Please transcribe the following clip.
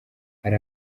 hari